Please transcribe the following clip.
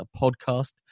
podcast